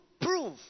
prove